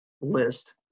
list